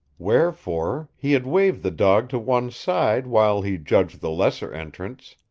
wherefore, he had waved the dog to one side while he judged the lesser entrants,